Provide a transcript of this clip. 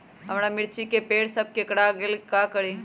हमारा मिर्ची के पेड़ सब कोकरा गेल का करी?